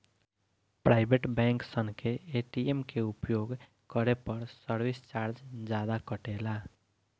private bank सन के ATM के उपयोग करे पर सर्विस चार्ज जादा कटेला